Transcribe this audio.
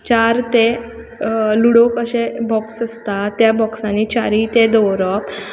चार ते लुडो कशें बॉक्स आसता तें बॉक्सांनी चारय ते दवरप